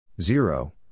Zero